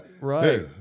Right